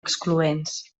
excloents